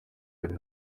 biri